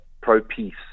pro-peace